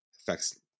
affects